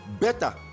Better